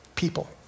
people